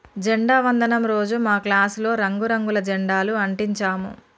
జెండా వందనం రోజు మా క్లాసులో రంగు రంగుల జెండాలు అంటించాము